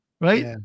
right